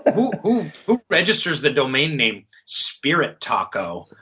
ah who who registers the domain name spirit taco,